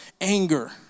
anger